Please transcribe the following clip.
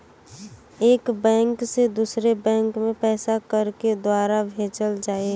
एक बैंक से दूसरे बैंक मे पैसा केकरे द्वारा भेजल जाई?